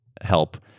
help